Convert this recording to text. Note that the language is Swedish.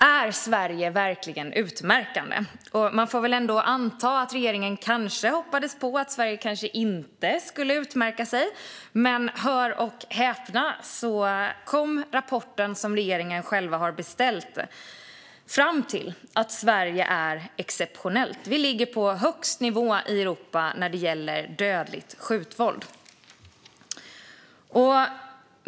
Är Sverige verkligen utmärkande? Man får ändå anta att regeringen kanske hoppades på att Sverige inte skulle utmärka sig. Men hör och häpna: Rapporten, som regeringen själv beställt, kom fram till att Sverige är exceptionellt. Vi ligger på högst nivå i Europa när det gäller dödligt skjutvåld.